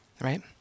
right